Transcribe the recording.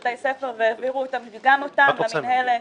בתי ספר והעבירו גם אותם למינהלת,